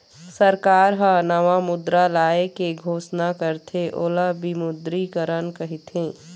सरकार ह नवा मुद्रा लाए के घोसना करथे ओला विमुद्रीकरन कहिथें